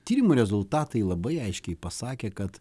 tyrimų rezultatai labai aiškiai pasakė kad